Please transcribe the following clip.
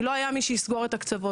כי לא היה מי שיסגור את הקצוות.